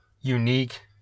unique